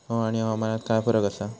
हवा आणि हवामानात काय फरक असा?